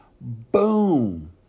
boom